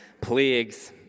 plagues